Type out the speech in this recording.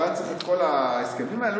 הוא היה צריך את כל ההסכמים האלה?